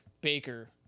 Baker